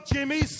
Jimmy